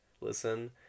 listen